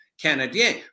Canadien